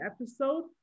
episode